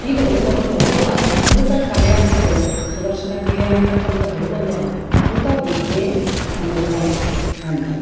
ಇದು ಒಂದು ಅದ್ಭುತ ಕಲೆ ಅಂತ ಹೇಳ್ಬೋದು ಸುದರ್ಶನ ಕ್ರಿಯೆ ಅಂಥಕ್ಕಂತದ್ದು ಒಂದು ಅದ್ಭುತ ವಿದ್ಯೆ ಒಂದು ಕಲೆ ಅಂತ